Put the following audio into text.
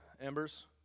Embers